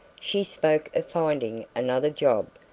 she spoke of finding another job,